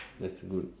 that's good